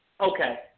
Okay